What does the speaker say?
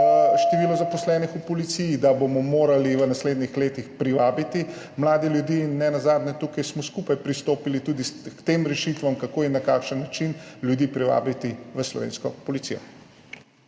število zaposlenih v Policiji, da bomo morali v naslednjih letih privabiti mlade ljudi in nenazadnje, tukaj smo skupaj pristopili tudi k tem rešitvam, kako in na kakšen način ljudi privabiti v slovensko policijo.